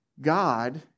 God